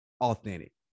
authentic